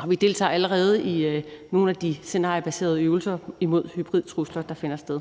og vi deltager allerede i nogle af de scenariebaserede øvelser imod hybridtrusler, der finder sted.